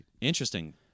Interesting